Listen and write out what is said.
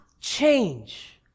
change